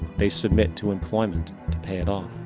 they submit to employment to pay it off.